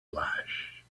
flash